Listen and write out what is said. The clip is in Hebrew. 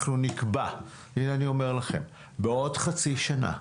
אנחנו נקבע, הינה, אני אומר לכם, בעוד חצי שנה.